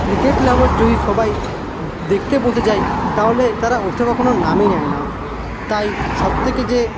cricket lover যদি সবাই দেখতে বসে যায় তাহলে তারা ওঠার কখনো নামই নেয় না তাই সবথেকে যে